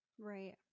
Right